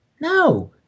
No